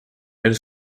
elle